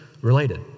related